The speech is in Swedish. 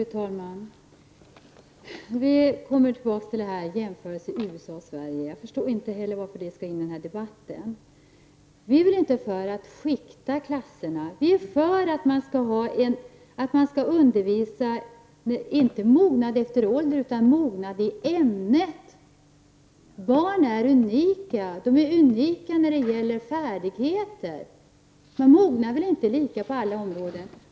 Fru talman! Vi kommer tillbaka till jämförelsen mellan USA och Sverige. Jag förstår inte heller varför den skall in i den här debatten. Vi är inte för att skikta klasserna. Vi är för att man skall undervisa efter mognad, inte definierad som ålder utan som mognad i ämnet. Barn är unika när det gäller färdigheter. De mognar inte lika på alla områden.